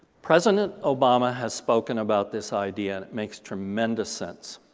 president obama has spoken about this idea it makes tremendous sense.